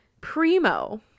Primo